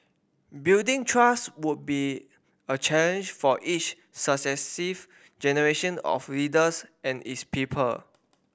building trust would be a challenge for each successive generation of leaders and its people